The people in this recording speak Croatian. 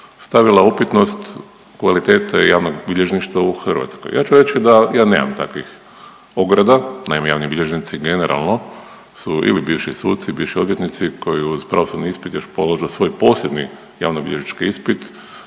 stavila upitnost kvalitete javnog bilježništva u Hrvatskoj. Ja ću reći da ja nemam takvih ograda. Naime, javni bilježnici generalno su ili bivši suci, bivši odvjetnici koji uz pravosudni ispit još polažu svoj posebni javnobilježnički ispit.